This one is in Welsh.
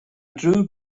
ddrwg